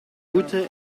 voeten